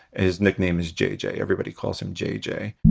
his nickname is jj. everybody calls him jj.